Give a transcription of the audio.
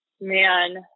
Man